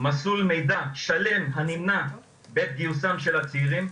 מסלול מידע שלם הנמנע בעת גיוסם של הצעירים.